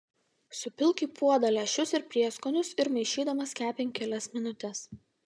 supilk į puodą lęšius ir prieskonius ir maišydamas kepink kelias minutes